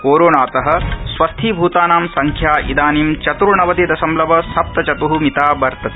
कोरोनातः स्वस्थीभूतानां संख्या इदानीं चत्र्णवति दशमलव सप्त चत्ः मिता वर्तते